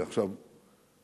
היא עכשיו חוצה,